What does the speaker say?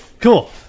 cool